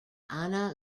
anna